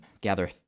gather